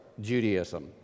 Judaism